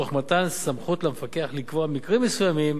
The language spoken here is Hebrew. תוך מתן סמכות למפקח לקבוע מקרים מסוימים